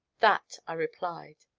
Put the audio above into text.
that, i replied,